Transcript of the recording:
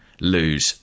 lose